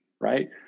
right